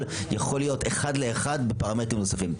יכול להיות אחד לאחד בפרמטרים נוספים.